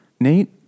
Nate